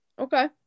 okay